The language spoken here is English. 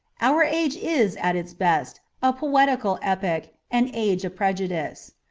our age is, at its best, a poetical epoch, an age of prejudice.